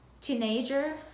teenager